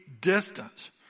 distance